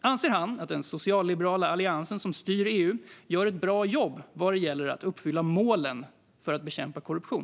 Anser han att den socialliberala allians som styr EU gör ett bra jobb vad gäller att uppfylla målen om att bekämpa korruption?